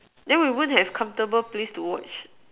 then we won't have comfortable place to watch